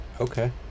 Okay